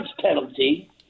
penalty